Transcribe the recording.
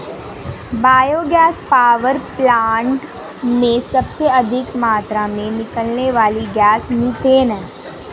bio gas power plant में सबसे अधिक मात्रा में निकलने वाली गैस मिथेन है